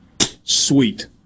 sweet